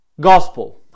gospel